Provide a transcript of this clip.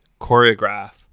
choreograph